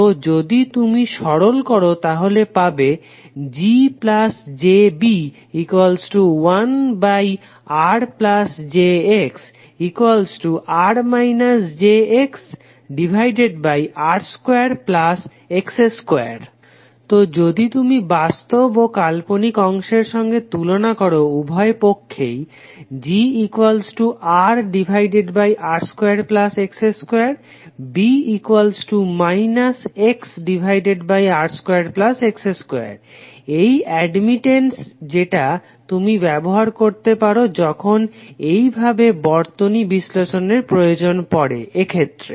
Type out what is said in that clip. তো যদি তুমি সরল করো তাহলে পাবে GjB1RjXR jXR2X2 তো যদি তুমি বাস্তব ও কাল্পনিক অংশের সঙ্গে তুলনা করো উভয় পক্ষেই GRR2X2B XR2X2 এই অ্যাডমিটেন্স যেটাকে তুমি ব্যবহার করতে পারো যখন এইভাবে বর্তনী বিশ্লেষণের প্রয়োজন পড়ে এক্ষেত্রে